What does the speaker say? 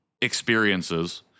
experiences